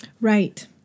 Right